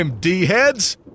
D-heads